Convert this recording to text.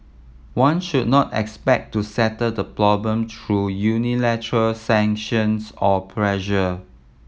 one should not expect to settle the problem through unilateral sanctions or pressure